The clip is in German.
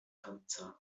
handzahm